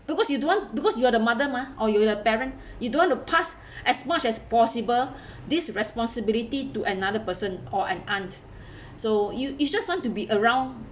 because you don't want because you are the mother mah or you're the parent you don't want to pass as much as possible this responsibility to another person or an aunt so you you just want to be around